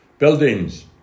Buildings